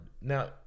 Now